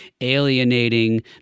alienating